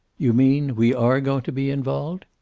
you mean we are going to be involved?